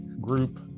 group